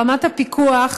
ברמת הפיקוח,